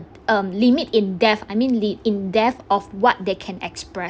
um limit in depth I mean li~ in depth of what they can express